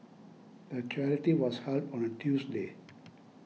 the charity was held on a Tuesday